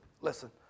listen